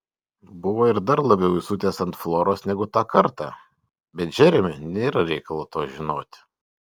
buvo ir dar labiau įsiutęs ant floros negu tą kartą bet džeremiui nėra reikalo to žinoti